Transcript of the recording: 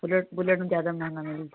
bullet Bullet ज़्यादा महंगा मिल